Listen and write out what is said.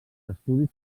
estudis